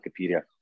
wikipedia